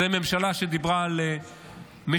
זו ממשלה שדיברה על משילות,